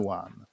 one